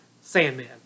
Sandman